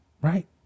Right